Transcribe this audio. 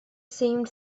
seemed